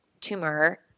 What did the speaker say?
tumor